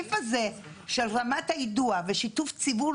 הסעיף הזה של רמת היידוע ושיתוף ציבור,